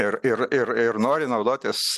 ir ir ir ir nori naudotis